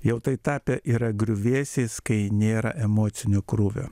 jau tapę yra griuvėsiais kai nėra emocinio krūvio